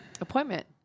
appointment